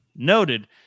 noted